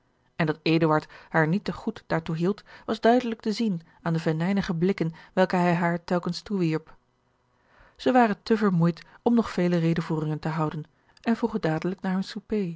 en dat eduard haar niet te goed daartoe hield was duidelijk te zien aan de venijnige blikken welke hij haar telkens toewierp zij waren te vermoeid om nog vele redevoeringen te houden en vroegen dadelijk naar hun souper